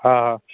हा